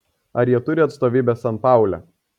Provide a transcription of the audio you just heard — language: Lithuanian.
ar jie turi atstovybę sanpaule